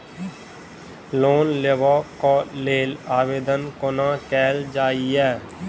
Loan लेबऽ कऽ लेल आवेदन कोना कैल जाइया?